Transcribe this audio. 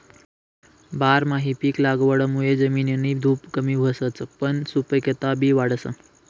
बारमाही पिक लागवडमुये जमिननी धुप कमी व्हसच पन सुपिकता बी वाढस